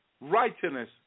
righteousness